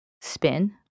spin